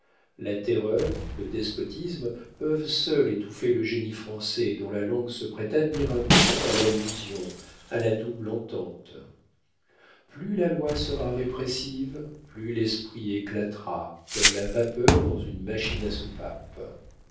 la terreur le despotisme peuvent seuls étouffer le génie français dont la langue se prête admirablement à l'allusion à la double entente plus la loi sera répressive plus l'esprit éclatera comme la vapeur dans une machine à soupape